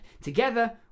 Together